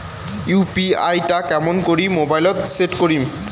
UPI টা কেমন করি মোবাইলত সেট করিম?